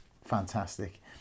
fantastic